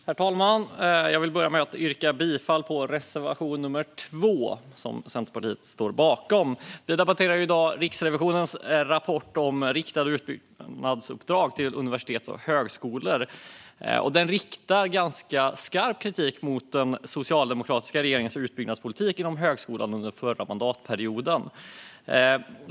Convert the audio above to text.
Herr talman! Jag vill börja med att yrka bifall till reservation nummer 2, som Centerpartiet står bakom. Vi debatterar i dag Riksrevisionens rapport om riktade utbyggnadsuppdrag till universitet och högskolor. Den riktar skarp kritik mot den socialdemokratiska regeringens utbyggnadspolitik inom högskolan under den förra mandatperioden.